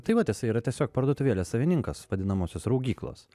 tai vat jisai yra tiesiog parduotuvėlės savininkas vadinamosios raugyklos